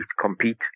compete